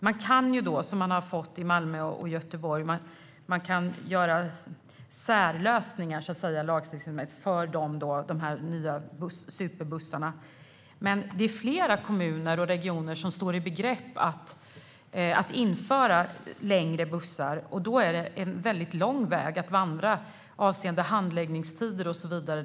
Man kan göra särlösningar lagstiftningsmässigt för de nya superbussarna, vilket har fått göras i Malmö och Göteborg. Men det är flera kommuner och regioner som står i begrepp att införa längre bussar. Då är det en väldigt lång väg att vandra avseende handläggningstider och så vidare.